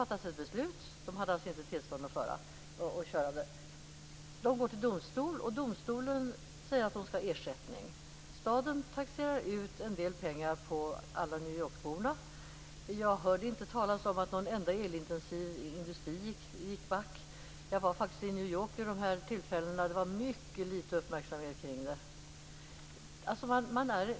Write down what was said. Företaget fick inte tillstånd att driva det. Man går till domstol, och domstolen säger att företaget skall ha ersättning. Staden taxerar ut en del pengar på alla New York-borna. Jag hade inte hört talas om att någon enda elintensiv gick back. Jag var i New York vid det tillfället. Det var mycket litet uppmärksamhet kring det.